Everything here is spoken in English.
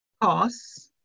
Costs